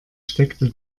steckte